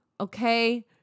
okay